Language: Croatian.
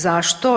Zašto?